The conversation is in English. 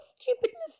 stupidness